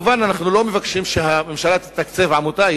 מובן שאנחנו לא מבקשים שהממשלה תתקצב עמותה.